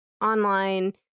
online